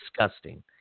disgusting